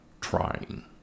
trying